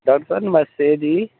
doctor साहब नमस्ते जी